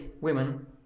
women